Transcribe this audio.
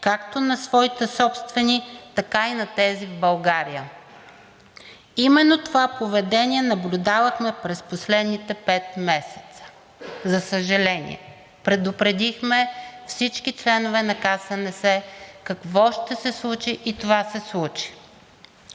както на своите собствени, така и на тези в България. Именно това поведение наблюдавахме през последните пет месеца, за съжаление. Предупредихме всички членове на КСНС какво ще се случи и това се случи.